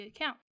account